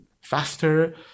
faster